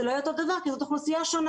זה לא יהיה אותו דבר כי זו אוכלוסיה שונה'.